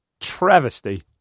Travesty